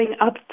up